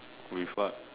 with what